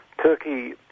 Turkey